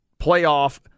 playoff